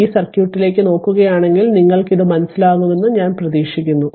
ഈ സർക്യൂട്ടിലേക്ക് നോക്കുകയാണെങ്കിൽ ഇത് മനസ്സിലാക്കുമെന്ന് ഞാൻ പ്രതീക്ഷിക്കുന്നു